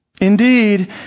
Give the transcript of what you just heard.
Indeed